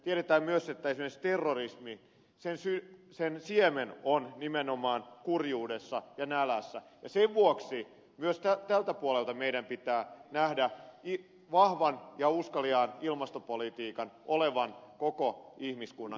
tiedetään myös että esimerkiksi terrorismin siemen on nimenomaan kurjuudessa ja nälässä ja sen vuoksi myös tältä puolelta meidän pitää nähdä vahvan ja uskaliaan ilmastopolitiikan olevan koko ihmiskunnan kannalta keskeistä